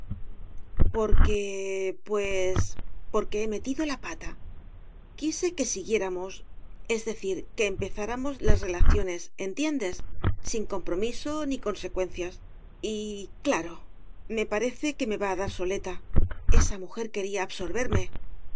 porque pues porque he metido la pata quise que siguiéramos es decir que empezáramos las relaciones entiendes sin compromiso ni consecuencias y claro me parece que me va a dar soleta esa mujer quería absorberme